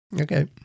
Okay